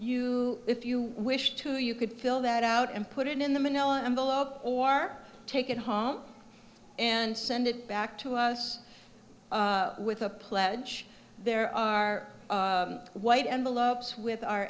you if you wish to you could fill that out and put it in the manila envelope or take it home and send it back to us with a pledge there are white envelopes with our